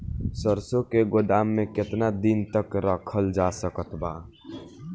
सरसों के गोदाम में केतना दिन तक रखल जा सकत बा?